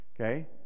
Okay